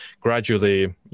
gradually